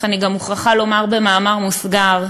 אני גם מוכרחה לומר במאמר מוסגר,